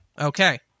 Okay